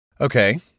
Okay